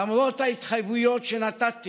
למרות ההתחייבויות שנתתי